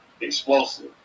explosive